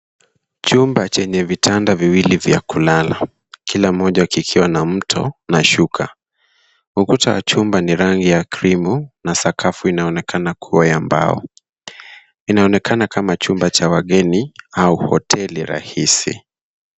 Chumba chenye vitanda viwili vya kulala kila moja kikiwa na mto na shuka. Ukuta wa chumba ni rangi ya cream na sakafu inaonekana kuwa ya mbao. Inaonekana kama chumba cha wageni au hoteli rahisi.